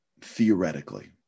theoretically